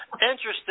Interesting